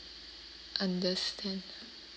understand